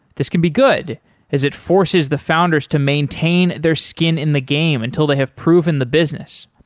this can be good as it forces the founders to maintain their skin in the game until they have proven the business.